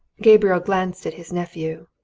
gabriel glanced at his nephew.